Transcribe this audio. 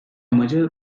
amacı